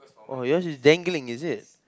oh yours is dangling is it